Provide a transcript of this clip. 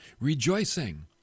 rejoicing